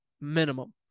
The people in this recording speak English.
minimum